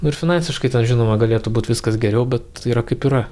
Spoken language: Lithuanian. nu ir finansiškai žinoma galėtų būt viskas geriau bet yra kaip yra